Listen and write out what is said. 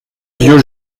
vieux